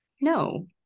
No